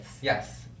Yes